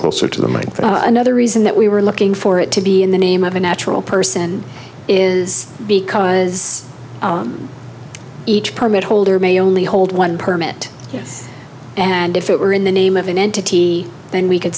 or to the another reason that we were looking for it to be in the name of a natural person is because each permit holder may only hold one permit yes and if it were in the name of an entity then we c